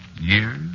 Years